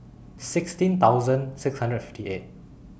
sixteen thousand six hundred and fifty eight